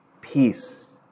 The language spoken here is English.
Peace